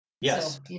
Yes